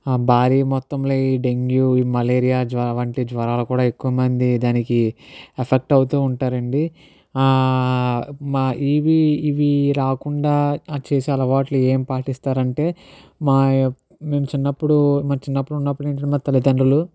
భారీ మొత్తంలో ఈ డెంగ్యూ మలేరియా జ్వరం వంటి జ్వరాలు కూడా ఎక్కువమంది దానికి ఎఫెక్ట్ అవుతూ ఉంటారండి మా ఇవి ఇవి రాకుండా వచ్చేసి అలవాట్లు ఏం పాటిస్తారు అంటే మా యొక్క మేము చిన్నప్పుడు మా చిన్నప్పుడు ఉన్నప్పటి నుంచి మా తల్లిదండ్రులు